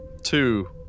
Two